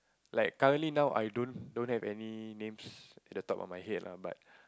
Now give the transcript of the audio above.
like currently now I don't don't have any names at the top of my head lah but